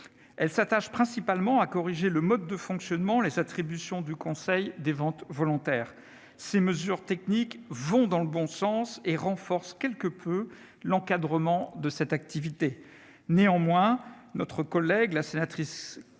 Elle s'attache principalement à corriger le mode de fonctionnement et les attributions du Conseil des ventes volontaires. Ces mesures techniques vont dans le bon sens et renforcent quelque peu l'encadrement de cette activité. Néanmoins, notre collègue Catherine